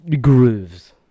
Grooves